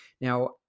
Now